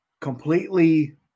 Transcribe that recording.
completely